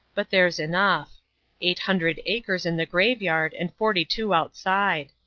but there's enough eight hundred acres in the graveyard and forty-two outside.